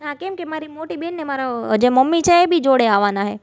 હા કેમકે મારી મોટી બહેન ને મારાં જે મમ્મી છે એ બી જોડે આવવાનાં છે